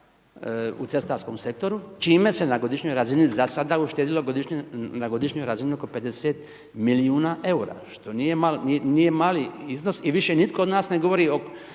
u cestarskom sektoru, čime se na godišnjoj razini za sada uštedilo na godišnjoj razini oko 50 milijuna eura što nije mali iznos i više nitko od nas ne govori o